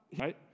right